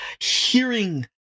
hearing